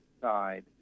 side